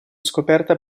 scoperta